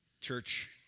Church